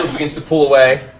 begins to pull away,